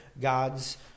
God's